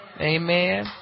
amen